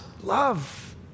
Love